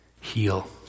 heal